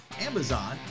Amazon